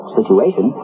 situation